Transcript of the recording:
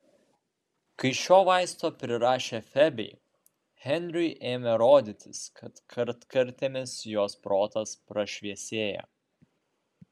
kai šio vaisto prirašė febei henriui ėmė rodytis kad kartkartėmis jos protas prašviesėja